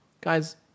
guys